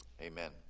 amen